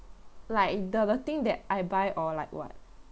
like the the thing that I buy or like what